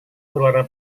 berwarna